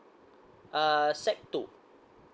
uh SEC two